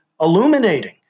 illuminating